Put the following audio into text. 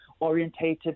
orientated